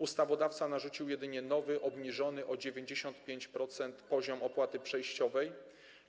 Ustawodawca narzucił jedynie nowy, obniżony o 95% poziom opłaty przejściowej,